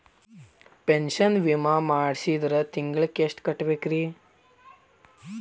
Pension ವಿಮಾ ಮಾಡ್ಸಿದ್ರ ತಿಂಗಳ ಎಷ್ಟು ಕಟ್ಬೇಕ್ರಿ?